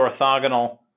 orthogonal